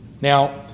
Now